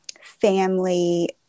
family